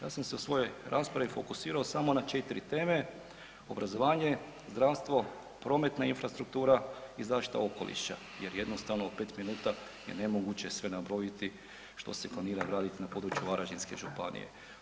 Ja sam se u svojoj raspravi fokusirao samo na 4 teme, obrazovanje, zdravstvo, prometna infrastruktura i zaštita okoliša jer jednostavno u 5 minuta je nemoguće sve nabrojiti što se planira graditi na području Varaždine županije.